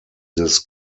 this